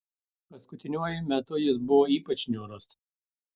paskutiniuoju metu jis buvo ypač niūrus